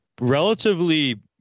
relatively